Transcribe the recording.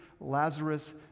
Lazarus